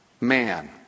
man